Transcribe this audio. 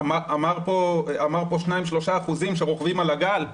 אמר פה 3%-2% שרוכבים על הגל?